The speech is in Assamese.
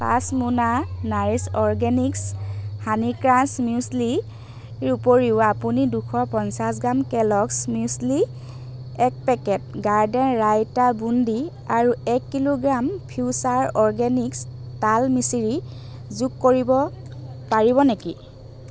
পাঁচ মোনা নাৰিছ অৰ্গেনিকছ হানি ক্ৰাঞ্চ মিউছ্লিৰ উপৰিও আপুনি দুশ পঞ্চাছ গ্ৰাম কেলগ্ছ মিউছ্লি এক পেকেট গাৰ্ডেন ৰাইতা বুণ্ডি আৰু এক কিলোগ্ৰাম ফিউচাৰ অৰ্গেনিক্ছ তাল মিচিৰি যোগ কৰিব পাৰিব নেকি